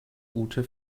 ute